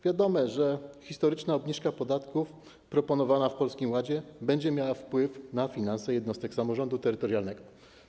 Wiadomo, że historyczna obniżka podatków proponowana w Polskim Ładzie będzie miała wpływ na finanse jednostek samorządu terytorialnego.